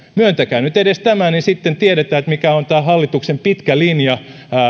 myöntäkää nyt edes tämä niin sitten tiedetään mikä on hallituksen pitkä linja